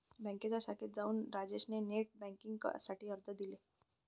बँकेच्या शाखेत जाऊन राजेश ने नेट बेन्किंग साठी अर्ज दिले